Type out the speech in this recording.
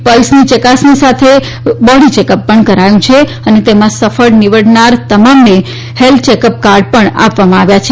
પલ્સની ચકાસણી સાથે body checkup કરવામાં આવ્યું છે અને તેમાં સફળ નીવડનાર તમામને હેલ્થ ચેકઅપ કાર્ડ આપવામાં આવ્યા છે